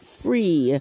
free